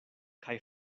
kaj